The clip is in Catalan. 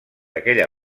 aquella